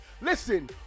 listen